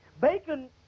Bacon